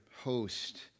host